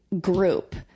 group